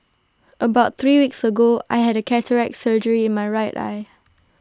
about three weeks ago I had A cataract surgery in my right eye